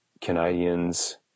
Canadians